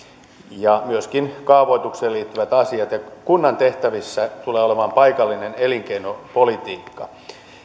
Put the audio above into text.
ja myöskin kaavoitukseen liittyvät asiat ja kunnan tehtävissä tulee olemaan paikallinen elinkeinopolitiikka